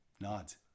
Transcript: nods